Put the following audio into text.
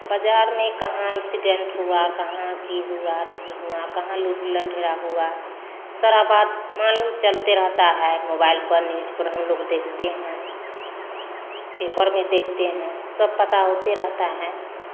बज़ार में कहाँ एक्सीडेंट हुआ कहाँ कि हुआ नहीं हुआ कहाँ लूट लठेरा हुआ सरा बात मालूम चलते रहता है मोबाइल पर न्यूज पर हम लोग देखते हैं पेपर में देखते हैं सब पता होते रहता है